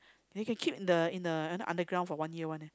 they can keep in the in the underground for one year one leh